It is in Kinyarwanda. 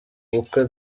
bukwe